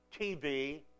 TV